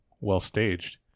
well-staged